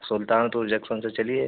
Sultanpur junction से चलिए